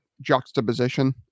juxtaposition